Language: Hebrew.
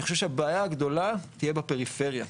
אני חושב שהבעיה הגדולה תהיה בפריפריה,